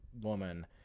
woman